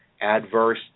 adverse